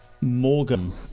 Morgan